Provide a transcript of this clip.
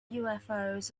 ufos